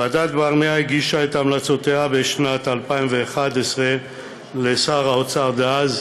ועדת ברנע הגישה את המלצותיה בשנת 2011 לשר האוצר דאז,